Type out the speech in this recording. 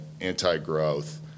anti-growth